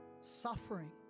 suffering